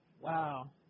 Wow